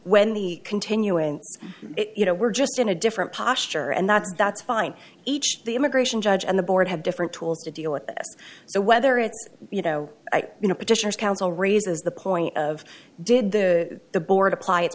the continuing you know we're just in a different posture and that's that's fine each the immigration judge and the board have different tools to deal with this so whether it's you know you know petitions council raises the point of did the the board apply it